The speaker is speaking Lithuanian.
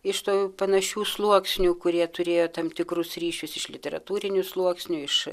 iš to panašių sluoksnių kurie turėjo tam tikrus ryšius iš literatūrinių sluoksnių iš